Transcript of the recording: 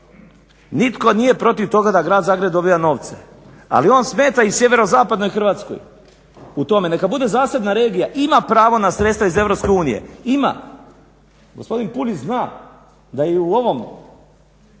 nitko nije protiv toga da grad Zagreb dobija novce ali on smeta i sjeverozapadnoj Hrvatskoj u tome. Neka bude zasebna regija, ima pravo na sredstva iz EU, ima. Gospodin Puljiz zna da i u ovom